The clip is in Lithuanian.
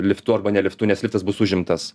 liftu arba ne liftu nes liftas bus užimtas